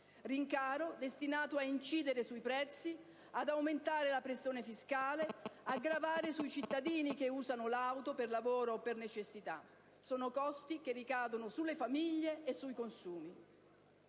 rincaro destinato ad incidere sui prezzi, ad aumentare la pressione fiscale, a gravare sui cittadini che usano l'auto per lavoro o per necessità. Sono costi che ricadono sulle famiglie e sui consumi.